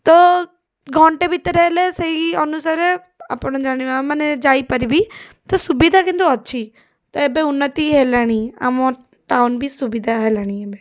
ତ ଘଣ୍ଟେ ଭିତରେ ହେଲେ ସେଇ ଅନୁସାରେ ଆପଣ ଜାଣିବା ମାନେ ଯାଇପାରିବି ତ ସୁବିଧା କିନ୍ତୁ ଅଛି ତ ଏବେ ଉନ୍ନତି ହେଲାଣି ଆମ ଟାଉନ୍ ବି ସୁବିଧା ହେଲାଣି ଏବେ